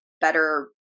better